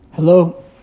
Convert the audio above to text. Hello